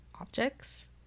objects